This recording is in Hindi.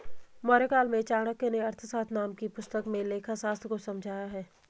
मौर्यकाल में चाणक्य नें अर्थशास्त्र नाम की पुस्तक में लेखाशास्त्र को समझाया है